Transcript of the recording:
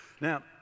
Now